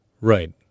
Right